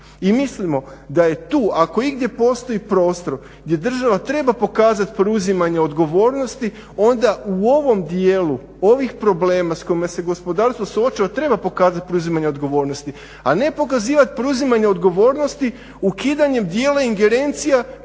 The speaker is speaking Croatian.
I mislimo da je tu ako igdje postoji prostor gdje država treba pokazati preuzimanje odgovornosti onda u ovom dijelu ovih problema s kojima se gospodarstvo suočava treba pokazati preuzimanje odgovornosti, a ne pokazivati preuzimanje odgovornosti ukidanjem dijela ingerencija